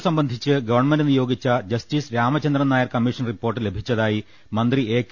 ഇതുസംബന്ധിച്ച് ഗവൺമെന്റ് നിയോഗിച്ച justice Ramachandran Nair commission report ലഭിച്ചതായി മന്ത്രി എ